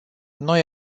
noi